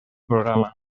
programa